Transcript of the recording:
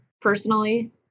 Personally